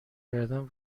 کردم